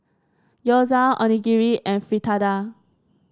Gyoza Onigiri and Fritada